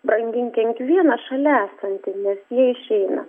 brangink kiekvieną šalia esantį nes jie išeina